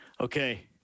Okay